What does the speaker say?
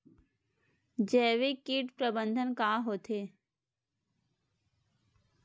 जैविक कीट प्रबंधन का होथे?